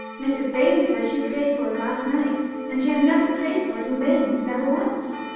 mrs baines says she prayed for it last night and she has never prayed for it in vain never once.